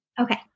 Okay